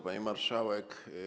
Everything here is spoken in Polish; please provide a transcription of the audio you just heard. Pani Marszałek!